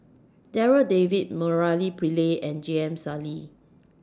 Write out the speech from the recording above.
Darryl David Murali Pillai and J M Sali